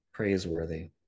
Praiseworthy